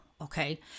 Okay